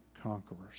conquerors